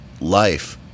life